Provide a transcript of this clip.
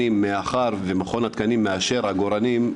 התקנים לא מוכן לתת לי את ההנחיות להביא מנוף כזה.